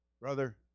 Brother